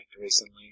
recently